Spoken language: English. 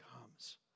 comes